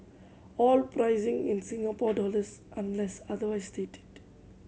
all pricing in Singapore dollars unless otherwise stated